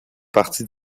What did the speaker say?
partie